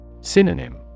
Synonym